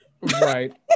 Right